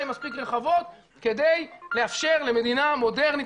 מספיק רחבות כדי לאפשר למדינה מודרנית,